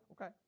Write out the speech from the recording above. Okay